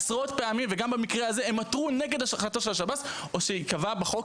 וגם במקרה הזה הם עתרו נגד ההחלטה של השב"ס או שייקבע בחוק